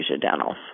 dentals